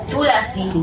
Tulasi